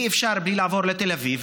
אי-אפשר בלי לעבור לתל אביב,